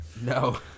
No